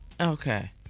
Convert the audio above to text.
Okay